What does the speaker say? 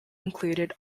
included